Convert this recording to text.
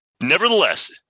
Nevertheless